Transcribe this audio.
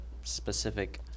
specific